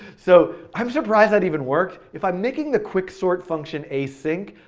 so i'm surprised that even worked. if i'm making the quicksort function async,